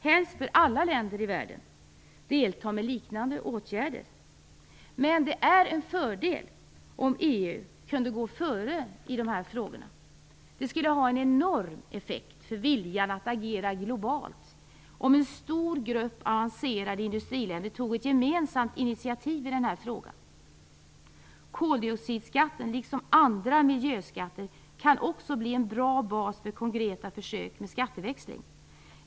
Helst bör alla länder i världen delta med liknande åtgärder. Men det vore en fördel om EU kunde gå före i dessa frågor. Det skulle ha en enorm effekt för viljan att agera globalt om en stor grupp avancerade industriländer tog ett gemensamt initiativ i denna fråga. Koldioxidskatten liksom andra miljöskatter kan också bli en bra bas för konkreta försök med skatteväxling.